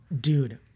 dude